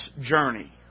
journey